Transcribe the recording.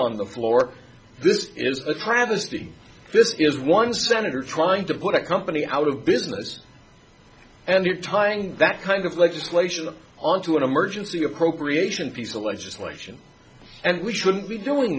on the floor this is a travesty this is one senator trying to put a company out of business and you're tying that kind of legislation onto an emergency appropriation piece of legislation and we shouldn't be doing